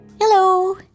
Hello